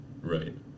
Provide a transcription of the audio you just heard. Right